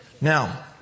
Now